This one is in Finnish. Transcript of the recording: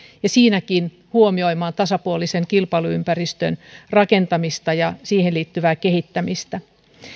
ja siinäkin huomioimaan tasapuolisen kilpailuympäristön rakentamista ja siihen liittyvää kehittämistä